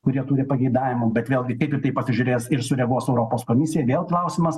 kur jie turi pageidavimų bet vėlgi kaip į tai pasižiūrės ir sureaguos europos komisija vėl klausimas